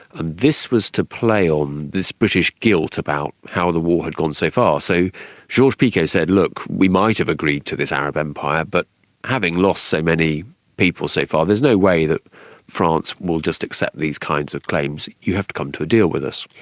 and this was to play on this british guilt about how the war had gone so far. so georges-picot said, look, we might have agreed to this arab empire, but having lost so many people so far there's no way that france will just accept these kinds of claims, you have to come to a deal with us.